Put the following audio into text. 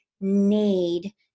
need